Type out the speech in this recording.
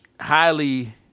highly